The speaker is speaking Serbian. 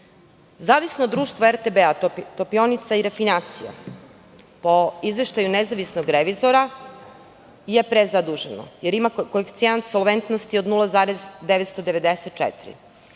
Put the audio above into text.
Zavisno društvo RTB, Topionica i refinacija, po izveštaju nezavisnog revizora je prezaduženo, jer ima koeficijent apsolventnosti od 0,994.